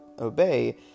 obey